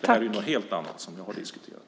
Det är ju något helt annat som ni har diskuterat.